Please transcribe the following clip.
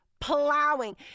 plowing